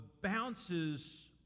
bounces